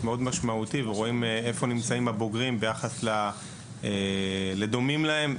מאוד משמעותי ורואים איפה נמצאים הבוגרים ביחס לדומים להם.